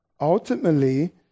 Ultimately